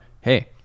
hey